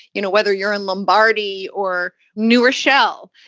you know, whether you're in lombardy or new rochelle,